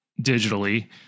digitally